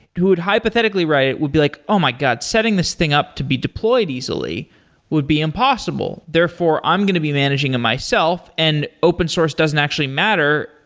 who would hypothetically write it would be like, oh, my god. setting this thing up to be deployed easily would be impossible. therefore, i'm going to be managing it myself and open source doesn't actually matter.